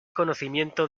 conocimiento